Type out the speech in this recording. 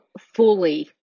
fully